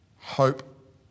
hope